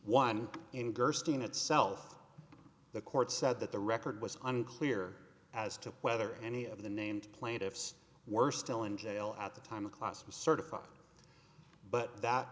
gerstein itself the court said that the record was unclear as to whether any of the named plaintiffs were still in jail at the time the class was certified but that